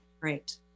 Great